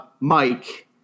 Mike